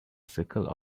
circle